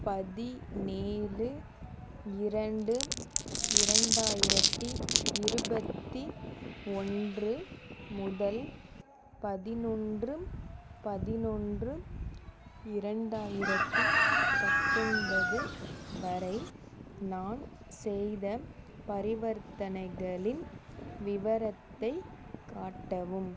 பதினேழு இரண்டு இரண்டாயிரத்தி இருபத்தி ஒன்று முதல் பதினொன்று பதினொன்று இரண்டாயிரத்தி பத்தொன்பது வரை நான் செய்த பரிவர்த்தனைகளின் விவரத்தை காட்டவும்